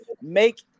make –